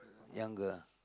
younger ah